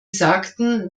sagten